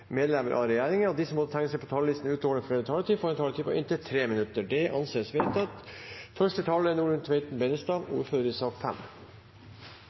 medlemmer av regjeringen, og at de som måtte tegne seg på talerlisten utover den fordelte taletid, får en taletid på inntil 3 minutter. – Det anses vedtatt.